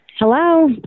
Hello